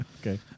Okay